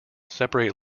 separate